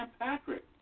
Patrick